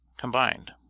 combined